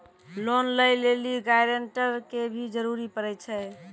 Loan लै लेली guarantor के भी जरूरी पड़ै छै?